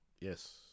Yes